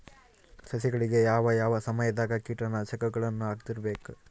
ಸಸಿಗಳಿಗೆ ಯಾವ ಯಾವ ಸಮಯದಾಗ ಕೇಟನಾಶಕಗಳನ್ನು ಹಾಕ್ತಿರಬೇಕು?